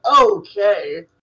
okay